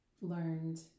learned